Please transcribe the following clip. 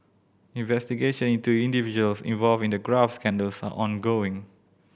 investigation into individuals involved in the graft scandals are ongoing